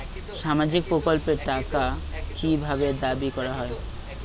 সামাজিক প্রকল্পের টাকা কি ভাবে দাবি করা হয়?